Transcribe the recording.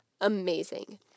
amazing